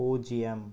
பூஜ்ஜியம்